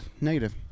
negative